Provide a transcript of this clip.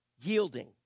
Yielding